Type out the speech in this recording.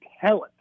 talent